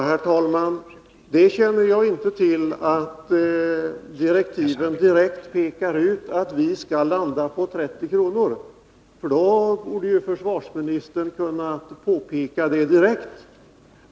Herr talman! Jag känner inte till att direktiven direkt pekar ut att vi skall hamna vid 30 kr. — då borde ju försvarsministern ha kunnat påpeka det direkt.